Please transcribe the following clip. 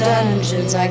Dungeons